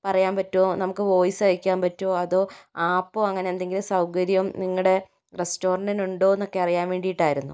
പറയാൻ പറ്റുമോ നമുക്ക് വോയിസ് അയക്കാൻ പറ്റുമോ അതോ അപ്പോൾ അങ്ങനെ എന്തെങ്കിലും സൗകര്യം നിങ്ങളുടെ റസ്റ്റോറൻറ്റിന് ഉണ്ടോയെന്നൊക്കെ അറിയാൻ വേണ്ടിയിട്ടായിരുന്നു